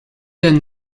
then